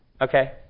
Okay